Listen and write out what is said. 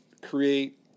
create